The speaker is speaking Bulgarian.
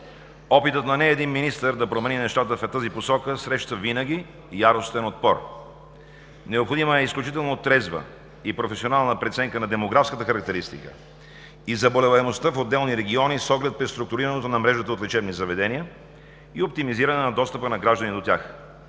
Опитът на не един министър да промени нещата в тази посока среща винаги яростен отпор. Необходима е изключително трезва и професионална преценка на демографската характеристика и заболеваемостта в отделни региони с оглед преструктурирането на мрежата от лечебни заведения и оптимизиране на достъпа на граждани до тях.